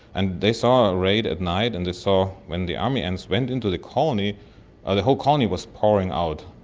and they saw a raid at night and they saw when the army ants went into the colony ah the whole colony was pouring out,